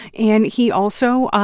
and he also,